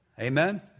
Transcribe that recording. Amen